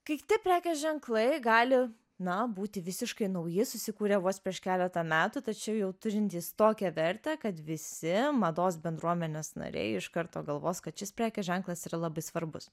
kiti prekės ženklai gali na būti visiškai nauji susikūrę vos prieš keletą metų tačiau jau turintys tokią vertę kad visi mados bendruomenės nariai iš karto galvos kad šis prekės ženklas yra labai svarbus